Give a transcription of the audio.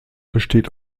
besteht